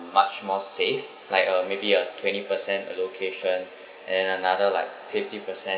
much more safe like uh maybe uh twenty percent allocation and another like fifty percent